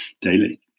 daily